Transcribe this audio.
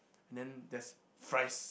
and then there's fries